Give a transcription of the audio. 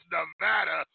Nevada